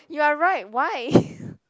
you're right why